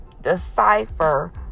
decipher